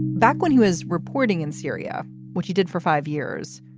back when he was reporting in syria what she did for five years,